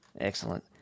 Excellent